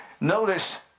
Notice